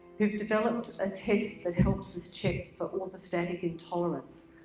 who developed a test that helps us check for but orthostatic intolerance?